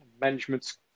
management